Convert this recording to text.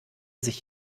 sich